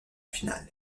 finale